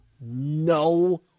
no